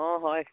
অঁ হয়